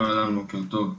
אהלן, בוקר טוב.